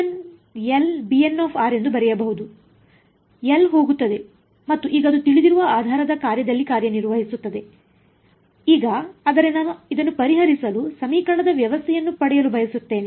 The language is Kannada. L ಹೋಗುತ್ತದೆ ಮತ್ತು ಈಗ ಅದು ತಿಳಿದಿರುವ ಆಧಾರದ ಕಾರ್ಯದಲ್ಲಿ ಕಾರ್ಯನಿರ್ವಹಿಸುತ್ತಿದೆ ಈಗ ಆದರೆ ನಾನು ಇದನ್ನು ಪರಿಹರಿಸಲು ಸಮೀಕರಣದ ವ್ಯವಸ್ಥೆಯನ್ನು ಪಡೆಯಲು ಬಯಸುತ್ತೇನೆ